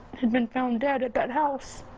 had been found dead at that house.